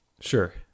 Sure